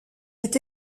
est